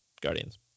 guardians